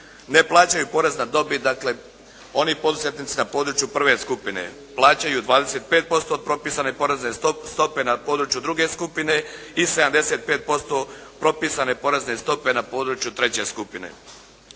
Ne plaćaju porez na dobit, dakle oni poduzetnici na području prve skupine, plaćaju 25% od propisane porezne stope na području druge skupine i 75% propisane porezne stope na području treće skupine.